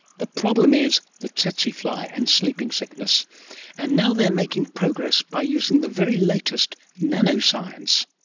the problem is the tsetse fly and sleeping sickness and now they are making progress by using the very latest nanoscience.